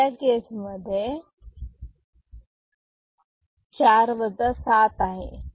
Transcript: दुसऱ्या केस मध्ये चार वजा सात आहे